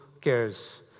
cares